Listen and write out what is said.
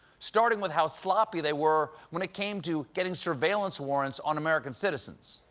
starting with how sloppy they were when it came to getting surveillance warrants on american citizens.